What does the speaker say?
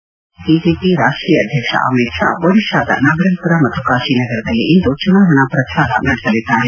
ಮತ್ತೊಂದಡೆ BJP ರಾಷ್ಷೀಯ ಅಧ್ಯಕ್ಷ ಅಮಿತ್ ಶಾ ಒಡಿಶಾದ ನಬರಂಗ್ಪುರ ಮತ್ತು ಕಾಶಿನಗರದಲ್ಲಿ ಇಂದು ಚುನಾವಣಾ ಪ್ರಚಾರ ನಡೆಸಲಿದ್ದಾರೆ